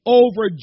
over